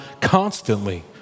constantly